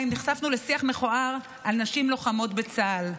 נחשפנו לשיח מכוער על נשים לוחמות בצה"ל.